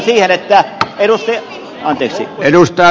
kiinnitän huomiota siihen että